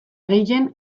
gehien